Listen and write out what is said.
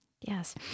Yes